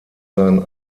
seinen